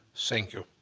thank you.